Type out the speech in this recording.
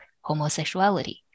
homosexuality